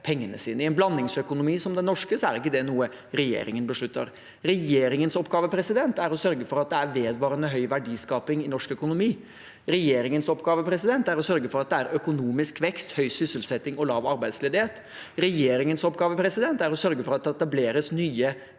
I en blandingsøkonomi som den norske er ikke det noe regjeringen beslutter. Regjeringens oppgave er å sørge for at det er vedvarende høy verdiskaping i norsk økonomi. Regjeringens oppgave er å sørge for at det er økonomisk vekst, høy sysselsetting og lav arbeidsledighet. Regjeringens oppgave er å sørge for at det etableres nye